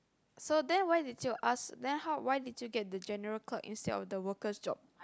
so then why did you ask then how why did you get the general job instead of the workers job